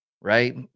right